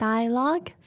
Dialogue